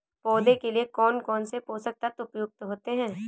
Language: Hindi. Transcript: पौधे के लिए कौन कौन से पोषक तत्व उपयुक्त होते हैं?